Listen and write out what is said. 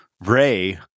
Ray